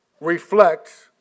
Reflects